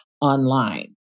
online